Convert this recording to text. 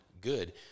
good